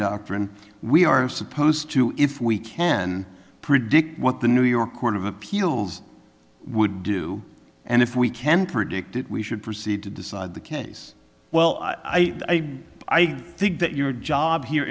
doctrine we are supposed to if we can predict what the new york court of appeals would do and if we can predict it we should proceed to decide the case well i think that your job here